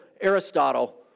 Aristotle